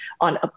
on